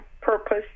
purpose